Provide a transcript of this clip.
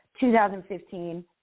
2015